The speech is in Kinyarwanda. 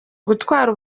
gutwara